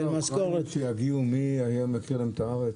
משכורת --- מי היה מכיר להם את הארץ?